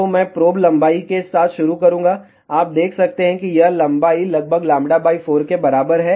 तो मैं प्रोब लंबाई के साथ शुरू करूंगा आप देख सकते हैं कि यह लंबाई लगभग λ 4 के बराबर है